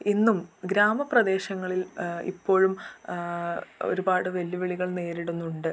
ഇന്നും ഗ്രാമപ്രദേശങ്ങളിൽ ഇപ്പോഴും ഒരുപാട് വെല്ലുവിളികൾ നേരിടുന്നുണ്ട്